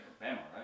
right